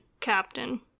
captain